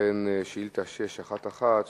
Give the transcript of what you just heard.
לביטחון פנים ביום ו' בטבת התש"ע (23 בדצמבר 2009):